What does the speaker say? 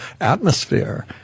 atmosphere